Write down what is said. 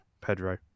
Pedro